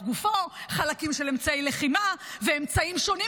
הגוף חלקים של אמצעי לחימה ואמצעים שונים,